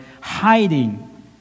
hiding